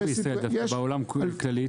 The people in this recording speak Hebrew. לא בישראל דווקא, בעולם כללית.